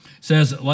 Says